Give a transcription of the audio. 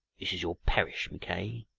is your parish, mackay,